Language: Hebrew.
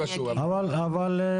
ולהגיד,